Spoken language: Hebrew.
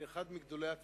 לאחד מגדולי התמימים.